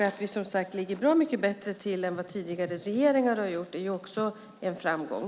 Att vi ligger bra mycket bättre till än tidigare regeringar gjort är också en framgång.